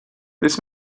this